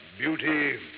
beauty